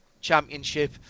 championship